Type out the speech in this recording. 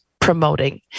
promoting